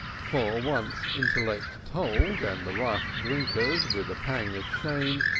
for once intellect told, and the rough drinkers, with a pang of shame,